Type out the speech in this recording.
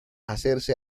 hacerse